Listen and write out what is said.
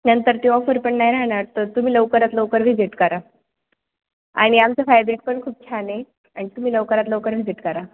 नंतर ती ऑफर पण नाही राहणार तर तुम्ही लवकरात लवकर व्हिजिट करा आणि आमचं फायब्रेक पण खूप छान आहे आणि तुम्ही लवकरात लवकर व्हिजिट करा